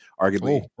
Arguably